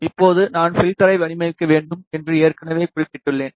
இப்போது நான் ஃப்ல்டரை வடிவமைக்க வேண்டும் என்று ஏற்கனவே குறிப்பிட்டுள்ளேன்